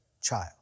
child